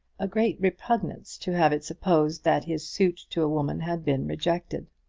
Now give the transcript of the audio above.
a great repugnance to have it supposed that his suit to a woman had been rejected.